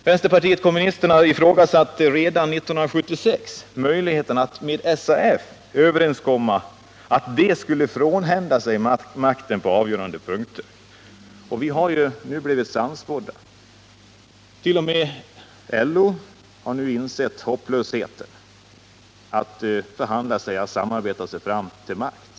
Vänsterpartiet kommunisterna ifrågasatte redan 1976 möjigheterna att med SAF överenskomma om att arbetsgivarna skulle frånhända sig makten på avgörande punkter. Och vi har nu blivit sannspådda. T. o. m. LO har insett hopplösheten att förhandla och så att säga samarbeta sig fram till makt.